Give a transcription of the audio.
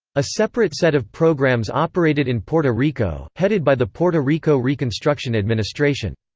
a separate set of programs operated in puerto rico, headed by the puerto rico reconstruction administration.